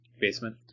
basement